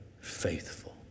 faithful